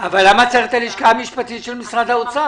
צריך את הלשכה המשפטית של משרד האוצר?